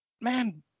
man